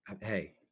Hey